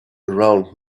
around